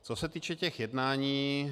Co se týče těch jednání.